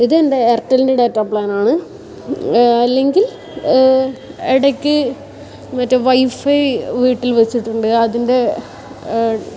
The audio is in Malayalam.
ഇത് എൻ്റെ എയർടെല്ലിൻ്റെ ഡാറ്റാ പ്ലാൻ ആണ് അല്ലെങ്കിൽ ഇടയ്ക്ക് മറ്റേ വൈഫൈ വീട്ടിൽ വെച്ചിട്ടുണ്ട് അതിൻ്റെ